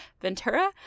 Ventura